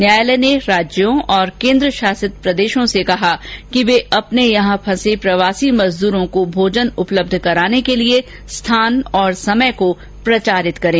न्यायालय ने राज्यों और केन्द्रशासित प्रदशों से कहा कि वे अपने यहां फंसे प्रवासी मजदरों को भोजन उपलब्ध कराने के लिए स्थान और समय को प्रचारित करें